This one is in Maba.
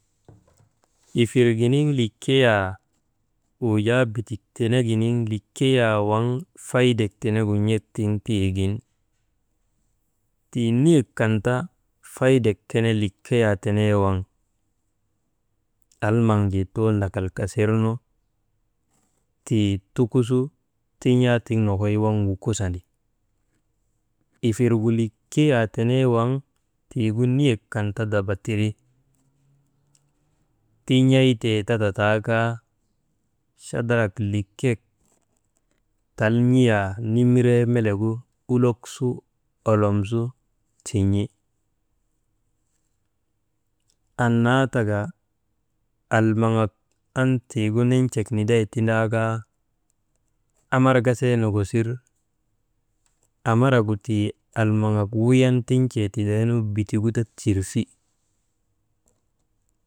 Ifir giniŋ likiyaa wujaa bitik teneginiŋ likiyaa waŋ faydak tenegu n̰ek tiŋ tiigin, tii niyek kan ta faydak tene likiyaa waŋ, almaŋ jee too ndakalkasirnu tii tukusu tin̰aa tiŋ nokoy waŋ wukosandi. Ifirgu likiyaa tenee waŋ tiigu niyek kan naa ti dabatiri. Tin̰aytee ti tata kaa, chadarak likkek tal n̰iyaa nimiree melegu ulok su olom su tin̰i. Annaa taka almaŋak an tiigu nin̰tee niday tindaakaa, amarkasii nokosir, amaragu tii almaŋak wuyan tin̰tee tidaynu bitigu ti tirfi.